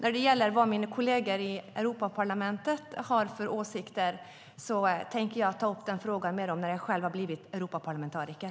Frågan om vad mina kolleger i Europaparlamentet har för åsikter tänker jag ta upp med dem när jag själv har blivit Europaparlamentariker.